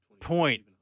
point